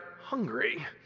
hungry